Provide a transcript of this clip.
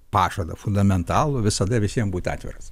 pažadą fundamentalų visada visiem būti atviras